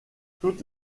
toutes